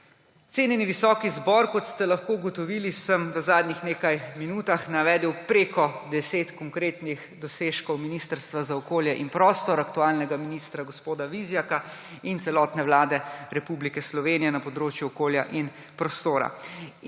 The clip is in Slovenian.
Cenjeni visoki zbor, kot ste lahko ugotovili, sem v zadnjih nekaj minutah navedel preko 10 konkretnih dosežkov Ministrstva za okolje in prostor, aktualnega ministra gospoda Vizjaka in celotne Vlade Republike Slovenije na področju okolja in prostora.